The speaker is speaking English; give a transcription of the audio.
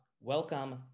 welcome